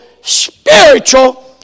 spiritual